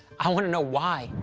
i want to know why.